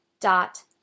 dot